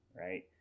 Right